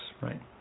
right